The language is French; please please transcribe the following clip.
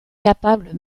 capable